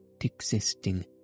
existing